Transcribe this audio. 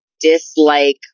dislike